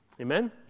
Amen